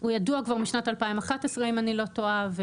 הוא ידוע אם אני לא טועה כבר משנת 2011